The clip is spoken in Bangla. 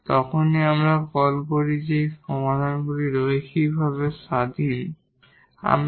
তখন আমরা কল করি যে এই সমাধানগুলি হল লিনিয়ারভাবে ইন্ডিপেন্ডেট